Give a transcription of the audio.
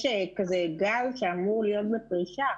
יש כזה גל שאמור להיות בפרישה